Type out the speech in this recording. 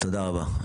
תודה רבה.